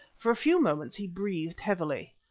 for a few moments he breathed heavily.